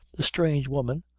the strange woman,